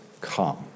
come